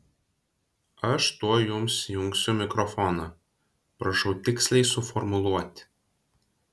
aš tuoj jums įjungsiu mikrofoną prašau tiksliai suformuluoti